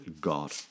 God